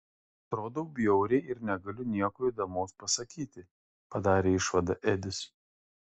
atrodau bjauriai ir negaliu nieko įdomaus pasakyti padarė išvadą edis